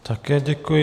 Také děkuji.